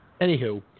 Anywho